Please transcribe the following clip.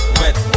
wet